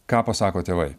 ką pasako tėvai